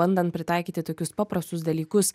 bandant pritaikyti tokius paprastus dalykus